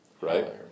Right